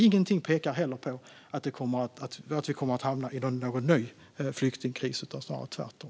Ingenting pekar heller på att vi kommer att hamna i någon ny flyktingkris, utan snarare tvärtom.